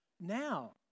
now